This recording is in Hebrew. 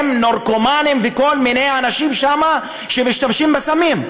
נרקומנים וכל מיני אנשים שמשתמשים שם בסמים.